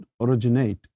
originate